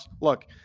Look